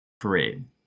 parade